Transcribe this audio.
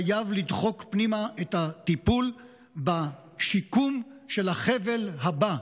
חייב לדחוק פנימה את הטיפול בשיקום של החבל הבא,